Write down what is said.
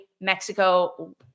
Mexico